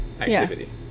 activity